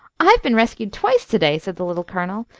i've been rescued twice to-day, said the little colonel,